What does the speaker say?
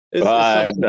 Bye